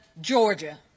Georgia